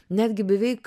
netgi beveik